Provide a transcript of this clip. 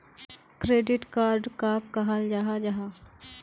Credit card कहाक कहाल जाहा जाहा?